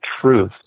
truth